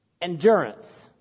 Endurance